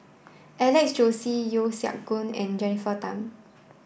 Alex Josey Yeo Siak Goon and Jennifer Tham